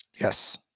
Yes